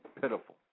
pitiful